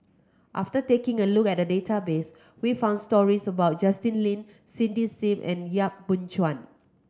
after taking a look at the database we found stories about Justin Lean Cindy Sim and Yap Boon Chuan